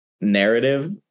narrative